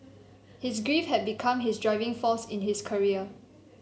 his grief had become his driving force in his career